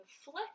flick